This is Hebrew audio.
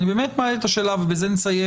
אני באמת מעלה את השאלה, ובזה נסיים.